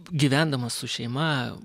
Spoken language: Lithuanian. gyvendamas su šeima